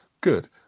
good